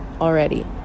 already